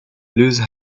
lose